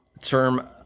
term